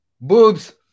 Boobs